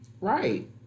right